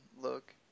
look